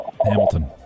Hamilton